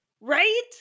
Right